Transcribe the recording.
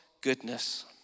goodness